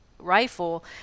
rifle